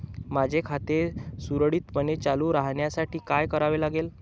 माझे खाते सुरळीतपणे चालू राहण्यासाठी काय करावे लागेल?